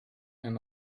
and